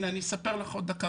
אני אענה לך מאיפה זה.